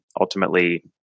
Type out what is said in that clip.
Ultimately